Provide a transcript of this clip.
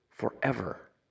forever